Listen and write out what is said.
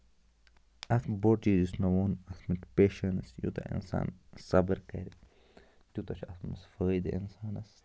اَتھ بوٚڈ چیٖز یُس مےٚ ووٚن پٮ۪شَنٕس اِنسان یہِ صبر کرِ تیوٗتاہ چھُ اَتھ منٛز فٲیدٕ اِنسانَس